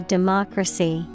Democracy